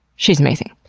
she's amazing.